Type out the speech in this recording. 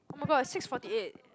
oh-my-god it's six forty eight